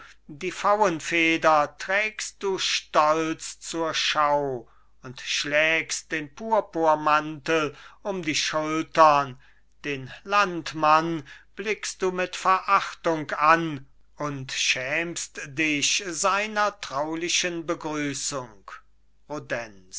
die pfauenfeder trägst du stolz zur schau und schlägst den purpurmantel um die schultern den landsmann blickst du mit verachtung an und schämst dich seiner traulichen